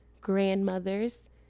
grandmothers